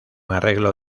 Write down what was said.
arreglo